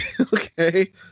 Okay